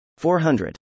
400